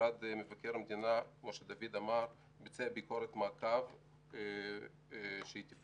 משרד מבקר המדינה ביצע ביקורת מעקב על יישום המלצות דוח זה.